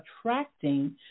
attracting